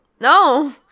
No